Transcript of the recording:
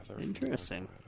interesting